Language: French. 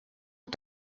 aux